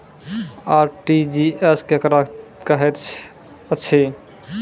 RTGS केकरा कहैत अछि?